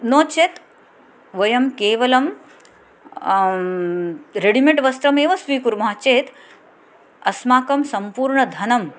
नो चेत् वयं केवलं रेडिमेड् वस्त्रमेव स्वीकुर्मः चेत् अस्माकं सम्पूर्णं धनम्